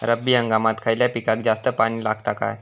रब्बी हंगामात खयल्या पिकाक जास्त पाणी लागता काय?